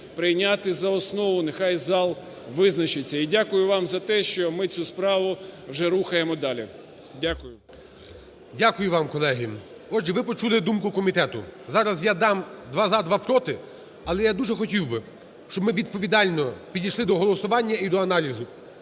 прийняти за основу. Нехай зал визначиться. І дякую вам за те, що ми цю справу вже рухаємо далі. Дякую. ГОЛОВУЮЧИЙ. Дякую вам, колеги! Отже, ви почули думку комітету. Зараз я дам: два - за, два - проти. Але я дуже хотів би, щоб ми відповідально підійшли до голосування і до аналізу.